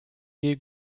jej